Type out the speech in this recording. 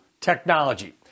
technology